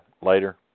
later